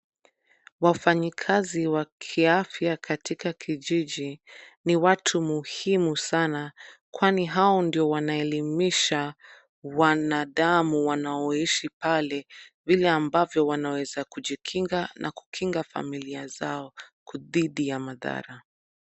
Wafanyikazi wa kiafya katika kijiji ni watu muhimu sana kwani hao ndio wanaelimisha wanadamu wanaoishi pale vile ambavyo wanaweza kujikinga na kukinga familia zao dhidi ya madhara.